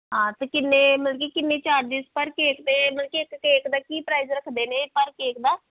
ਹਾਂ ਅਤੇ ਕਿੰਨੇ ਮਤਲਬ ਕਿ ਕਿੰਨੇ ਚਾਰਜਿਸ ਪਰ ਕੇਕ ਅਤੇ ਮਤਲਬ ਕਿ ਇੱਕ ਕੇਕ ਦਾ ਕੀ ਪ੍ਰਾਈਜ਼ ਰੱਖਦੇ ਨੇ ਪਰ ਕੇਕ ਦਾ